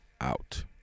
out